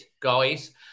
guys